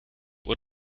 uhr